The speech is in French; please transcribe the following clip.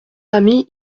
ami